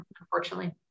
unfortunately